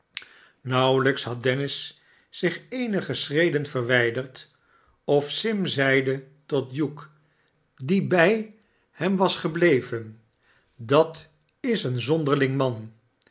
nauwelijks had dennis zich eenige schreden verwijderd of sim zeide tot hugh die bij hem was gebleven dat is een zonderring man